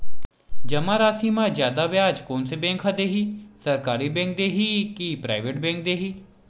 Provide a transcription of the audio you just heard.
जमा राशि म जादा ब्याज कोन से बैंक ह दे ही, सरकारी बैंक दे हि कि प्राइवेट बैंक देहि?